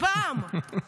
פעם.